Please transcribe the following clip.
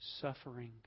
suffering